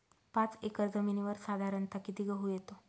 पाच एकर जमिनीवर साधारणत: किती गहू येतो?